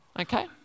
Okay